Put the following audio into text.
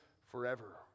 forever